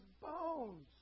bones